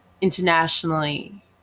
internationally